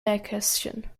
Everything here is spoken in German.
nähkästchen